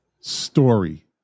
story